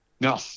no